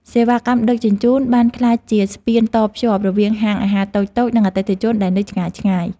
សេវាកម្មដឹកជញ្ជូនបានក្លាយជាស្ពានតភ្ជាប់រវាងហាងអាហារតូចៗ និងអតិថិជនដែលនៅឆ្ងាយៗ។